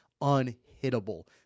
unhittable